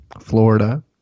Florida